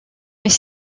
mais